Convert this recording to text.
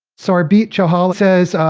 sarbjeet johal says,